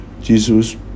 Jesus